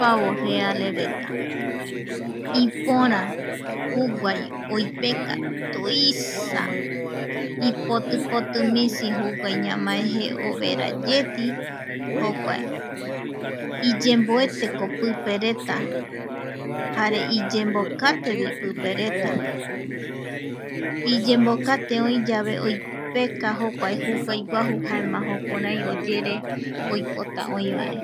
Pavo realesreta ipöra juguai oipeka tuiisa, ipoti poti misi juguai ñamae je overayeti jokuae iyemboeteko pipereta jare iyembokatevi pipereta iyembokate oï yave oipeka jokuae juguay guaju jaema jokurai oyere jokua oipota oï vare.